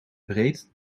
breed